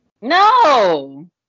No